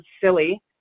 silly